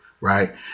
right